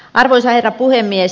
arvoisa herra puhemies